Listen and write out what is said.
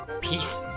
peace